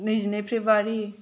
नैजिनै फेब्रुवारि